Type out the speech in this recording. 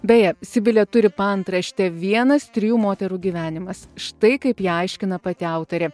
beje sibilė turi paantraštę vienas trijų moterų gyvenimas štai kaip ją aiškina pati autorė